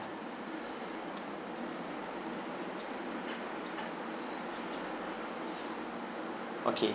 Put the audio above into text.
okay